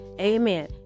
amen